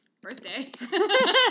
Birthday